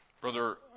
Brother